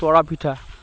তৰা পিঠা